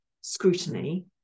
scrutiny